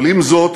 אבל עם זאת,